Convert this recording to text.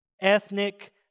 ethnic